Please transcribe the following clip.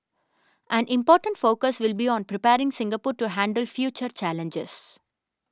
an important focus will be on preparing Singapore to handle future challenges